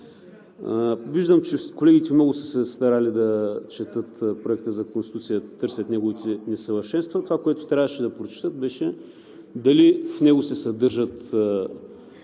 Виждам, че колегите много са се старали да четат Проекта за Конституция и да търсят неговите несъвършенства. Това, което трябваше да прочетат, беше дали в него се съдържат